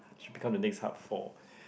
should become the next hub for